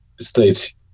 states